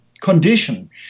condition